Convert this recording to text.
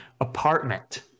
apartment